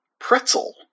pretzel